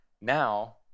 Now